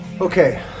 okay